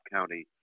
County